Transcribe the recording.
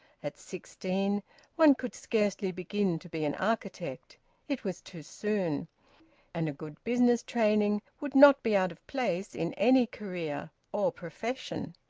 at sixteen one could scarcely begin to be an architect it was too soon and a good business training would not be out of place in any career or profession.